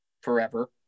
forever